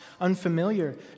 unfamiliar